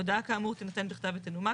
הודעה כאמור תינתן בכתב ותנומק.